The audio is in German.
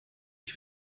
die